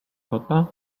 kota